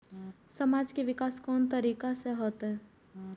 समाज के विकास कोन तरीका से होते?